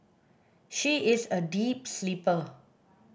she is a deep sleeper